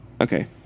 Okay